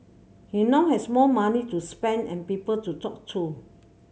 he now has more money to spend and people to talk to